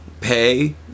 pay